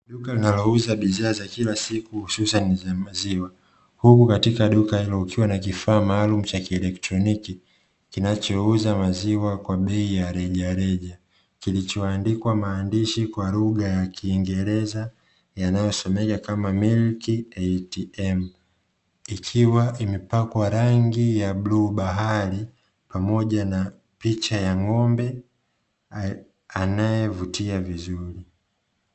Duka linalouza bidhaa kwa kila siku hususani za maziwa, huku katika duka hilo ukiwa na kifaa cha kielektroniki kinachouza maziwa kwa bei ya rejareja kilichoandikwa maandishi kwa lugha ya kiingereza yanayosomeka kama "milk ATM" ikiwa imepakwa rangi ya bluu bahari pamoja na picha ya ng'ombe anayevutia vizuri.